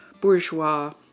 bourgeois